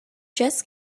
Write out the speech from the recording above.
just